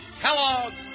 Kellogg's